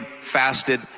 fasted